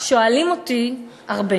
מה, רק שבעה, שואלים אותי הרבה